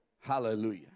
Hallelujah